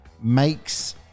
makes